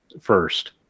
first